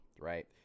right